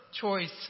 choice